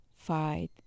fight